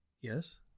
Yes